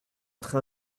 train